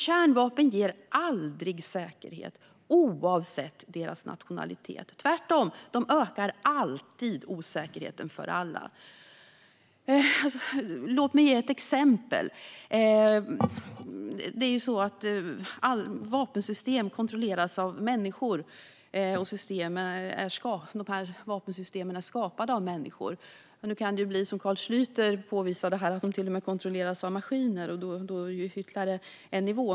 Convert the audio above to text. Kärnvapen ger aldrig säkerhet, oavsett nationalitet. Tvärtom ökar de alltid osäkerheten för alla. Låt mig ge ett exempel. Vapensystem skapas och kontrolleras av människor. Det kan ju till och med bli som Carl Schlyter sa att de kontrolleras av maskiner, och då är det på en annan nivå.